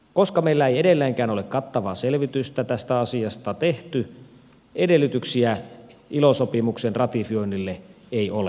koska meillä ei edelleenkään ole kattavaa selvitystä tästä asiasta tehty edellytyksiä ilo sopimuksen ratifioinnille ei ole